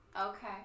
Okay